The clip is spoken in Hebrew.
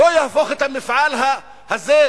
לא יהפוך את המפעל הזה,